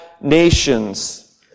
nations